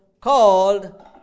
called